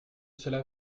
cela